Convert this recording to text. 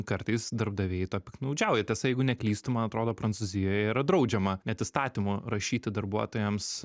kartais darbdaviai tuo piktnaudžiauja tiesa jeigu neklystu man atrodo prancūzijoje yra draudžiama net įstatymu rašyti darbuotojams